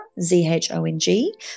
Z-H-O-N-G